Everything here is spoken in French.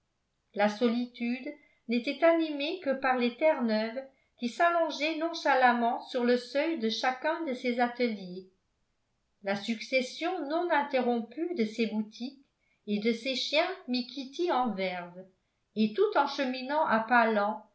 la solitude n'était animée que par les terreneuves qui s'allongeaient nonchalamment sur le seuil de chacun de ces ateliers la succession non interrompue de ces boutiques et de ces chiens mit kitty en verve et tout en cheminant à pas